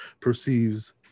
perceives